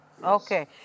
okay